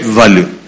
value